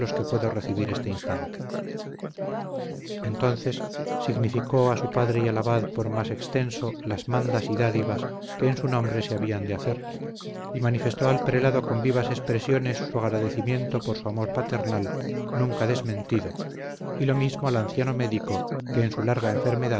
que puedo recibir este instante entonces significó a su padre y al abad por más extenso las mandas y dádivas que en su nombre se habían de hacer y manifestó al prelado con vivas expresiones su agradecimiento por su amor paternal nunca desmentido y lo mismo al anciano médico que en su larga enfermedad